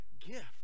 gift